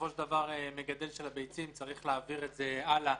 בסופו של דבר מגדל ביצים צריך להעביר את זה הלאה,